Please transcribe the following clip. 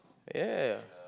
ya